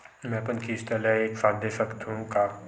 मै अपन किस्त ल एक साथ दे सकत हु का?